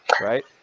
right